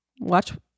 watch